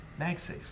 MagSafe